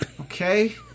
okay